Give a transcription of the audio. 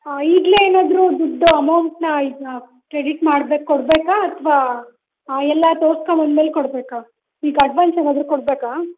ಈಗಲೇ ಏನಾದರೂ ದುಡ್ಡು ಅಮೌಂಟನ್ನು ಕ್ರೆಡಿಟ್ ಮಾಡಬೇಕಾ ಕೊಡಬೇಕಾ ಅಥವಾ ಎಲ್ಲತೋರಿಸ್ಕೊಂಡು ಬಂದ ಮೇಲೆ ಕೊಡಬೇಕಾ ಈಗ ಅಡ್ವಾನ್ಸ್ ಏನಾದರೂ ಕೊಡಬೇಕಾ